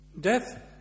Death